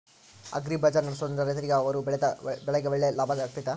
Agri ಬಜಾರ್ ನಡೆಸ್ದೊರಿಂದ ರೈತರಿಗೆ ಅವರು ಬೆಳೆದ ಬೆಳೆಗೆ ಒಳ್ಳೆ ಲಾಭ ಆಗ್ತೈತಾ?